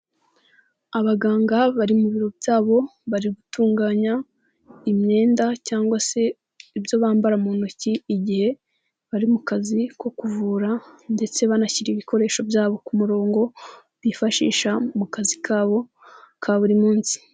Abaganga bari mu biro byabo bari gutunganya imyenda cyangwa se ibyo bambara mu ntoki, igihe bari mu kazi ko kuvura ndetse banashyira ibikoresho byabo ku murongo bifashisha mu kazi kabo ka buri munsi.